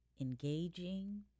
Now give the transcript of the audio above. engaging